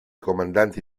comandanti